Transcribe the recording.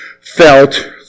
felt